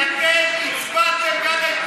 כי אתם הצבעתם בעד ההתנתקות,